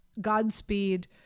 Godspeed